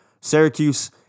Syracuse